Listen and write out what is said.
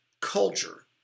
culture